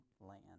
land